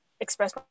express